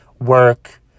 work